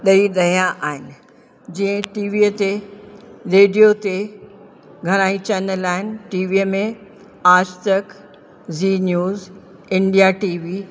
ॾेई रहिया आहिनि जंहिं टीवीअ ते रेडियो ते घणेई चैनल आहिनि टीवीअ में Aaj Tak Zee News India T V